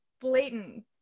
blatant